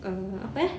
uh apa eh